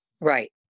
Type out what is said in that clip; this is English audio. Right